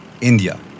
India